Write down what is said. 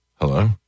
Hello